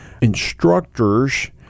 instructors